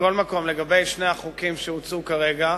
מכל מקום, לגבי שתי הצעות החוק שהוצעו כרגע,